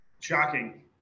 Shocking